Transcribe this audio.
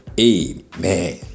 Amen